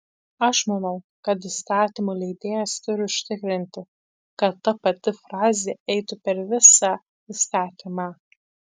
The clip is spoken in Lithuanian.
aš manau kad įstatymų leidėjas turi užtikrinti kad ta pati frazė eitų per visą įstatymą